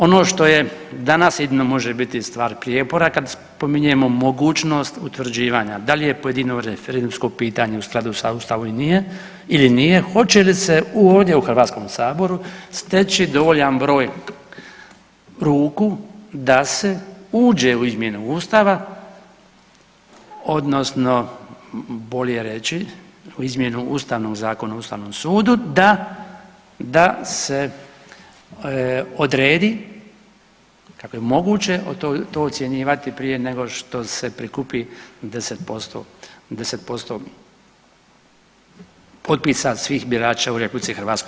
Ono što je danas jedino može biti stvar prijepora kad spominjemo mogućnost utvrđivanja da li je pojedino referendumsko pitanje u skladu sa Ustavom ili nije, hoće li se ovdje u HS-u steći dovoljan broj ruku da se uđe u izmjene Ustava odnosno bolje reći u izmjenu Ustavnog zakona o Ustavnom sudu da se odredi kako je moguće to ocjenjivati prije nego što se prikupi 10% potpisa svih birača u RH.